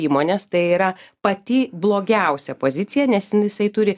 įmonės tai yra pati blogiausia pozicija nes jisai turi